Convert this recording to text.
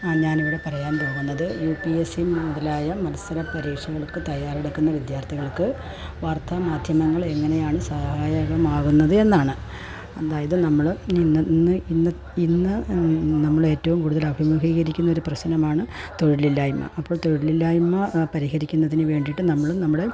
ഞാൻ ഇവിടെ പറയാൻ പോകുന്നത് യു പി എ സി മുതലായ മത്സര പരീക്ഷകൾക്ക് തയ്യാറെടുക്കുന്ന വിദ്യാർത്ഥികൾക്ക് വാർത്താ മാധ്യമങ്ങൾ എങ്ങനെയാണ് സഹായകമാകുന്നത് എന്നാണ് അതായത് നമ്മൾ ഇന്ന് നമ്മൾ ഏറ്റവും കൂടുതൽ അഭിമുഖീകരിക്കുന്ന ഒരു പ്രശ്നമാണ് തൊഴിലില്ലായ്മ അപ്പം തൊഴിലില്ലായ്മ പരിഹരിക്കുന്നതിന് വേണ്ടിയിട്ട് നമ്മളും നമ്മുടെ